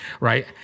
Right